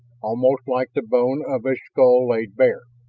almost like the bone of a skull laid bare,